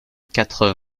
quatre